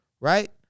right